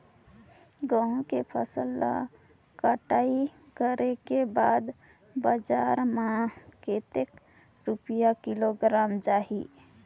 गंहू के फसल ला कटाई करे के बाद बजार मा कतेक रुपिया किलोग्राम जाही?